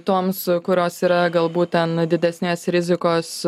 toms kurios yra galbūt ten didesnės rizikos